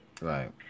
Right